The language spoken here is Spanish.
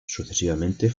sucesivamente